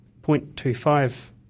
0.25